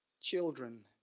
children